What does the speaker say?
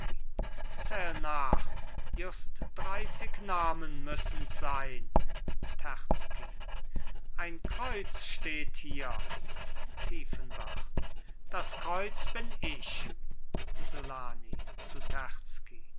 just dreißig namen müssens sein terzky ein kreuz steht hier tiefenbach das kreuz bin ich isolani zu